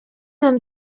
нам